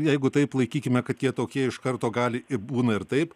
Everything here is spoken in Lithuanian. jeigu taip laikykime kad jie tokie iš karto gali ir būna ir taip